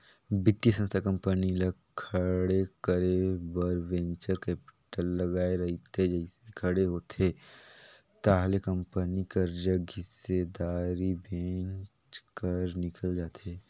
बित्तीय संस्था कंपनी ल खड़े करे बर वेंचर कैपिटल लगाए रहिथे जइसे खड़े होथे ताहले कंपनी कर जग हिस्सादारी बेंच कर निकल जाथे